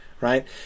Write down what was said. right